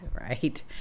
right